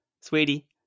Sweetie